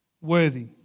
worthy